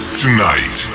tonight